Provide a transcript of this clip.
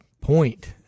point